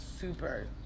super